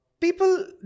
people